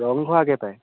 ৰংঘৰ আগেয়ে পায়